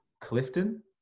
Clifton